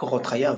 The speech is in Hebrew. קורות חייו